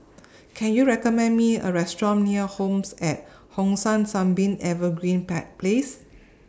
Can YOU recommend Me A Restaurant near Home At Hong San Sunbeam Evergreen Place